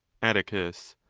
atticus.